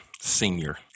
senior